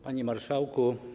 Panie Marszałku!